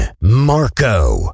Marco